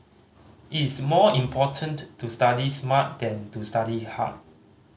it's more important to study smart than to study hard